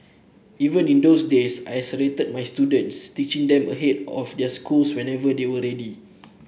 even in those days I accelerated my students teaching them ahead of their schools whenever they were ready